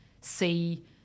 see